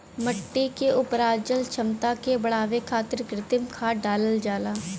मट्टी के उपराजल क्षमता के बढ़ावे खातिर कृत्रिम खाद डालल जाला